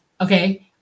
Okay